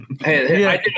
hey